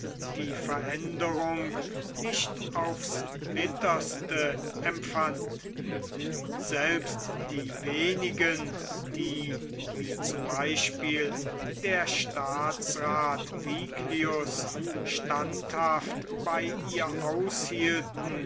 die veränderung nicht aufs bitterste empfand selbst die wenigen die wie z b der staatsrath viglius standhaft bei ihr